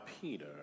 Peter